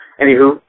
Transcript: Anywho